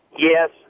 Yes